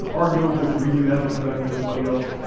are nobles really that much better than everybody else?